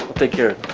thank you